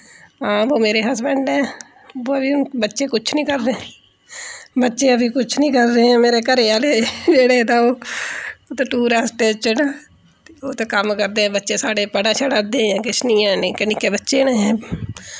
हां वो मेरे हस्बैंड ऐं बो अभी बच्चे किश नि कर रहे बच्चे अभी किश नि कर रहे मेरे घरे आह्ले जेह्ड़े ते ओह् उत्थै टूरिस्ट च न ओह् ते कम्म करदे बच्चे साढ़े पढ़ै शड़ै दे अजें किश नि हैन निक्के निक्के बच्चे न